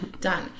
done